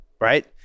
right